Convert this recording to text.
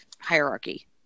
hierarchy